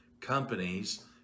companies